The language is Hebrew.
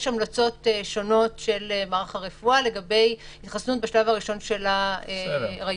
יש המלצות שונות של מערך הרפואה לגבי התחסנות בשלב הראשון של ההיריון.